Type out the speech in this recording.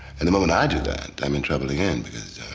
and the moment i do that, i'm in trouble again because